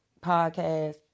podcast